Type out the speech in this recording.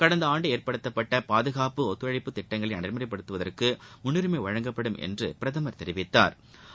கடந்த ஆண்டு ஏற்படுத்தப்பட்ட பாதுகாப்பு ஒத்துழைப்பு திட்டங்களை நடைமுறைப்படுத்துவதற்கு முன்னுரிமை வழங்கப்படும் என்று அவர் தெரிவித்தாா்